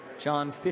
John